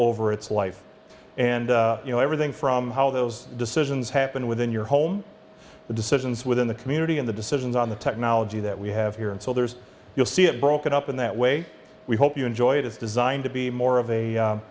over its life and you know everything from how those decisions happen within your home the decisions within the community in the decisions on the technology that we have here and so there's you'll see it broken up in that way we hope you enjoyed as designed to be more of